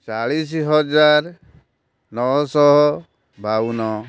ଚାଳିଶହଜାର ନଅଶହ ବାଉନ